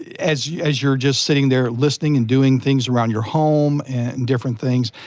as yeah as you're just sitting there listening and doing things around your home and different things.